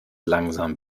langsam